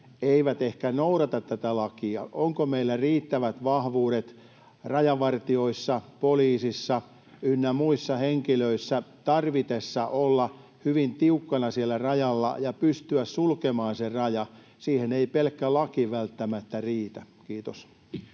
eivät ehkä noudata tätä lakia. Onko meillä riittävät vahvuudet rajavartioissa, poliisissa ynnä muissa henkilöissä tarvittaessa olla hyvin tiukkana siellä rajalla ja pystyä sulkemaan se raja? Siihen ei pelkkä laki välttämättä riitä. — Kiitos.